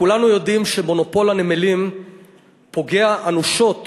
כולנו יודעים שמונופול הנמלים פוגע אנושות